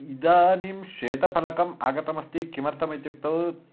इदानीं श्वेतफलकम् आगतमस्ति किमर्थमित्युक्तौ